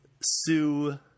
Sue